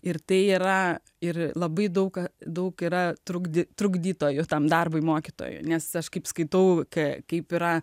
ir tai yra ir labai daug daug yra trukdytojų tam darbui mokytojų nes aš kaip skaitau ką kaip yra